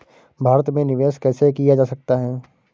भारत में निवेश कैसे किया जा सकता है?